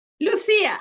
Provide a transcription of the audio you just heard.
Lucia